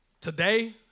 Today